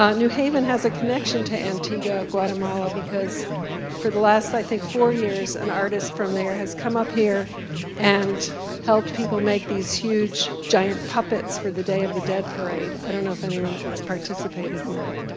um new haven has a connection to antigua, guatemala, because for the last, i think, four years, an artist from there has come up here and helped people make these huge giant puppets for the day of the dead parade. i don't know if anyone has participated in that,